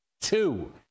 two